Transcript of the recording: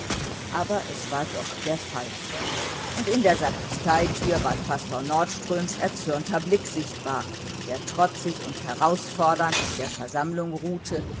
aber es war doch der fall und in der sakristeitür ward pastor nordströms erzürnter blick sichtbar der trotzig und herausfordernd auf der versammlung ruhte